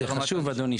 זה חשוב אדוני,